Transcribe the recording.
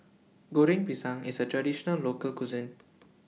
Goreng Pisang IS A Traditional Local Cuisine